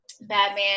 Batman